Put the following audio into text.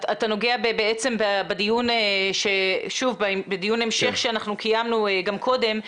אתה נוגע בעצם בדיון המשך שאנחנו קיימנו גם קודם,